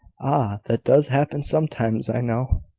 ah! that does happen sometimes, i know.